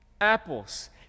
apples